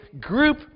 group